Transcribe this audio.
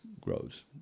grows